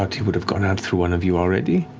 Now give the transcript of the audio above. out, he would have gone out through one of you already.